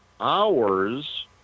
hours